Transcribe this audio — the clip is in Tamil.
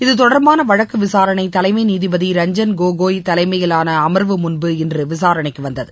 இத்தொடர்பானவழக்குவிசாரணைதலைமைநீதிபதி ரஞ்சுப் கோகாய் தலைமையிலானஅமர்வு முன்பு இன்றுவிசாரணைக்குவந்தது